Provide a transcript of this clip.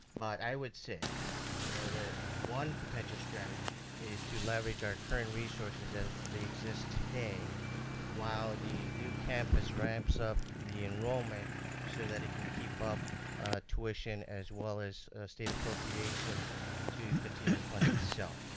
but i would say you know the one potential strategy is to level our current resources as they exist today while the new campus ramps up the enrollment so that it can keep up tuition as well as state appropriations to continue to fund itself.